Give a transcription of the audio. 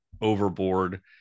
overboard